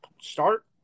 start